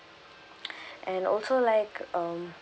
and also like um